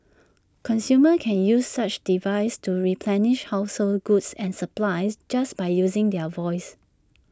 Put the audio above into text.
consumers can use such devices to replenish household goods and supplies just by using their voice